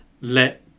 let